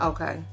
Okay